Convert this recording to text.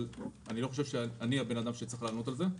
אבל אני חושב שלא אני האדם שצריך לענות על זה.